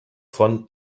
von